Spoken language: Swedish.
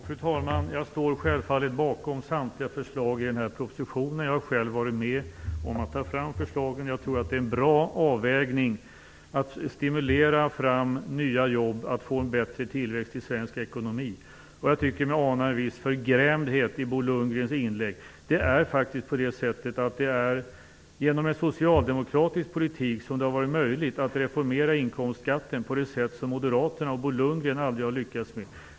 Fru talman! Jag står självfallet bakom samtliga förslag i den här propositionen. Jag har själv varit med om att ta fram förslagen. Jag tror att det är en bra avvägning att stimulera fram nya jobb, att få en bättre tillväxt i svensk ekonomi. Jag tycker att jag anar viss förgrämdhet i Bo Lundgrens inlägg. Det är genom en socialdemokratisk politik som det har varit möjligt att reformera inkomstskatten på det sätt som moderaterna och Bo Lundgren aldrig har lyckats med.